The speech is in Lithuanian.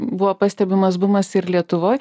buvo pastebimas bumas ir lietuvoj